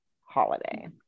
holiday